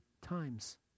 times